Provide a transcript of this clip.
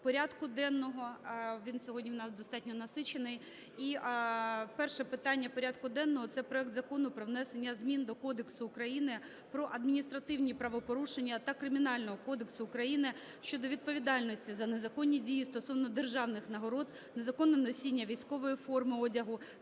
порядку денного, він сьогодні в нас достатньо насичений. І перше питання порядку денного – це проект Закону про внесення змін до Кодексу України про адміністративні правопорушення та Кримінального кодексу України щодо відповідальності за незаконні дії стосовно державних нагород, незаконне носіння військової форми одягу